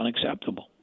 unacceptable